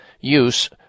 use